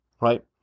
right